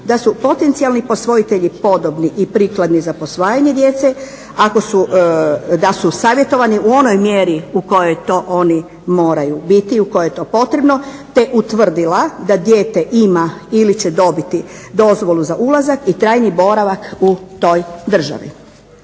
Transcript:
da su potencijalni posvojitelji podobni i prikladni za posvajanje djece, da su savjetovani u onoj mjeri u kojoj to oni moraju biti i u kojoj je to potrebno te utvrdila da dijete ima ili će dobiti dozvolu za ulazak i trajni boravak u toj državi.